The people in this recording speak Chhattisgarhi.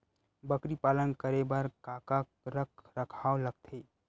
बकरी पालन करे बर काका रख रखाव लगथे?